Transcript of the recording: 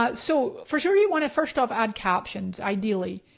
but so for sure you want to first off add captions, ideally,